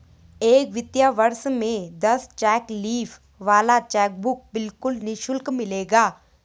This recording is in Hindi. एक वित्तीय वर्ष में दस चेक लीफ वाला चेकबुक बिल्कुल निशुल्क मिलेगा